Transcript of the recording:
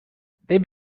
they